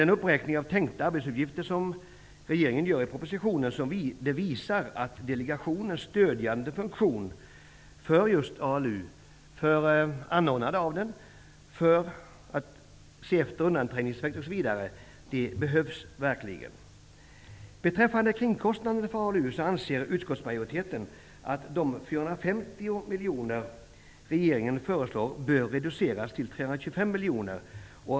Den uppräkning av tänkta arbetsuppgifter som regeringen gör i propositionen visar att delegationens stödjande funktion för anordnandet av ALU och för att se efter undanträngningseffekten behövs. Beträffande kringkostnaderna för ALU anser utskottsmajoriteten att de 450 miljoner som regeringen föreslår bör reduceras till 325 miljoner.